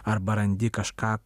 arba randi kažką